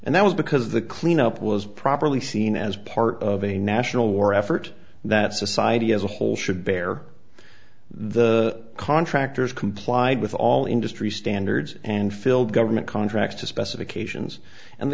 and that was because the cleanup was properly seen as part of a national war effort that society as a whole should bear the contractors complied with all industry standards and filled government contracts to specifications and the